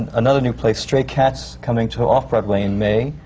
another new play, stray cats, coming to off-broadway in may.